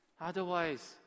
Otherwise